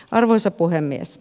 arvoisa puhemies